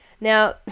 Now